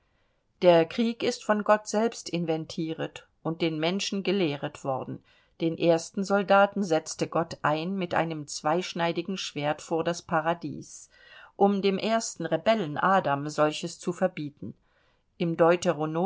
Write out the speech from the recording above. der krieg ist von gott selbst inventieret und den menschen gelehret worden den ersten soldaten setzte gott ein mit einem zweischneidigen schwert vor das paradies um dem ersten rebellen adam solches zu verbieten im